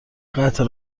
قطع